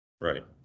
Right